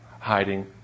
hiding